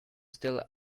still